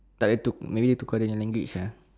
tak boleh tuk~ maybe dia tukar dia nya language ah